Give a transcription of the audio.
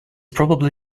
probably